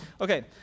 Okay